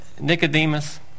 Nicodemus